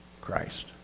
Christ